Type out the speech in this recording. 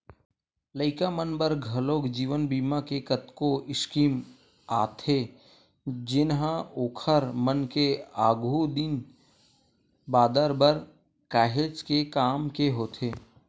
लइका मन बर घलोक जीवन बीमा के कतको स्कीम आथे जेनहा ओखर मन के आघु दिन बादर बर काहेच के काम के होथे